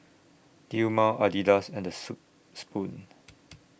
Dilmah Adidas and Soup Spoon